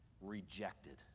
rejected